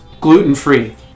gluten-free